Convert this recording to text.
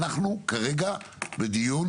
אנחנו כרגע בדיון